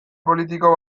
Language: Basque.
politiko